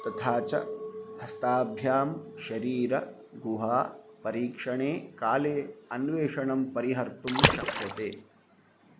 तथा च हस्ताभ्यां शरीरगुहापरीक्षणे काले अन्वेषणं परिहर्तुं शक्यते